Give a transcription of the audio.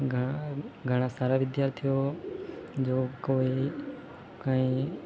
ઘણા ઘણા સારા વિધ્યાર્થીઓ જો કોઈ કંઈ